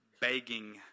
begging